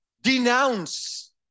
denounce